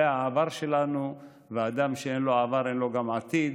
זה העבר שלנו, ואדם שאין לו עבר, אין לו גם עתיד.